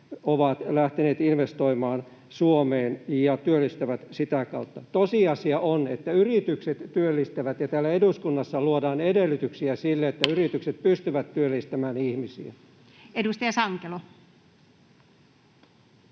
ovat lähteneet investoimaan Suomeen ja työllistävät sitä kautta. Tosiasia on, että yritykset työllistävät ja täällä eduskunnassa luodaan edellytyksiä sille, että yritykset pystyvät työllistämään ihmisiä. [Speech